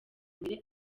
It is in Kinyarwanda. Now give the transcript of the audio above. imbere